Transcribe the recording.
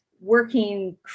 working